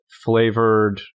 flavored